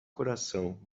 coração